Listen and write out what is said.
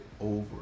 over